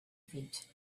feet